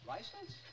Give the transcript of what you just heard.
License